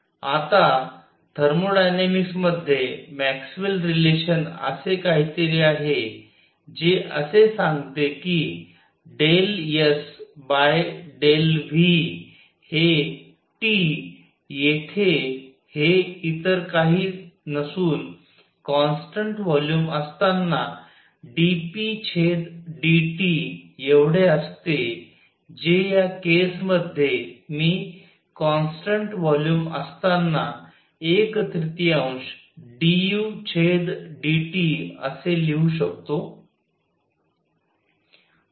आता थर्मोडायनामिक्समध्ये Maxwell relation असे काहीतरी आहे जे असे सांगते कि del S by del V हे T येथे हे इतर काहीच नसून कॉन्स्टन्ट व्हॉल्युम असताना dp छेद dT एवढे असते जे या केसमध्ये मी कॉन्स्टन्ट व्हॉल्युम असताना एक त्रितीयांश d U छेद d T असे लिहू शकतो